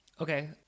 Okay